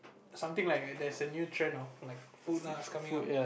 something like a there's a new trend of like food lah is coming up